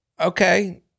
okay